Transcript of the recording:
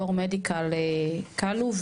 יו"ר מדיקל קלו,